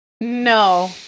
no